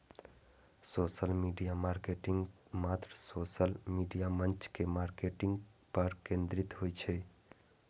social media marketing मात्र social media मंच के मार्केटिंग पर केंद्रित होइ छै